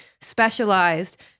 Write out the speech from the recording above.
specialized